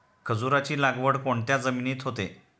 खजूराची लागवड कोणत्या जमिनीत होते?